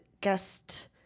guest